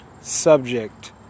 subject